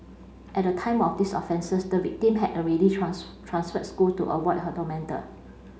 at the time of these offences the victim had already transferred school to avoid her tormentor